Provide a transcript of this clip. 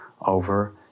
over